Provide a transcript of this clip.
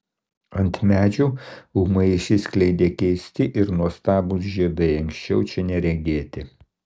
ant medžių ūmai išsiskleidė keisti ir nuostabūs žiedai anksčiau čia neregėti